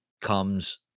comes